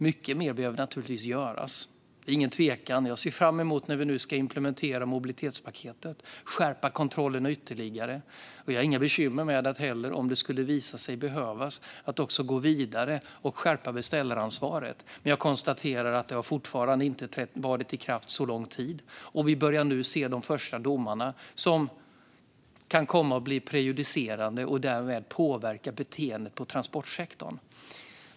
Mycket mer behöver naturligtvis göras. Det är ingen tvekan om det. Jag ser fram emot när vi nu ska implementera mobilitetspaketet och skärpa kontrollerna ytterligare. Jag har heller inga bekymmer med att, om det skulle visa sig behövas, också gå vidare och skärpa beställaransvaret. Jag konstaterar dock att det fortfarande inte har varit i kraft så lång tid. Vi börjar nu se de första domarna, som kan komma att bli prejudicerande och därmed påverka beteendet i transportsektorn.